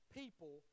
people